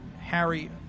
Harry